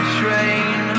train